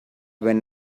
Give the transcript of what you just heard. when